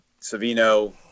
Savino